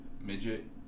Midget